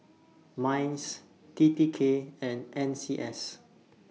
Minds T T K and N C S